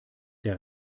der